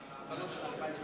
על הסעיף התקציבי